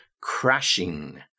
crashing